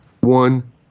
one